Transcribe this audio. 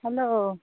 hello